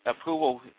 approval